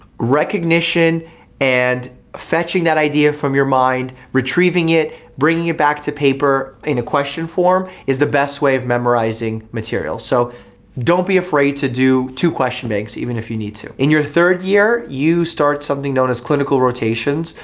recognition and fetching that idea from your mind, retrieving it, bringing it back to paper in a question form, is the best way of memorizing material. so don't be afraid to do two question banks even if you need to. in your third year you start something known as clinical rotations.